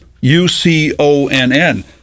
U-C-O-N-N